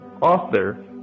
author